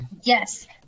Yes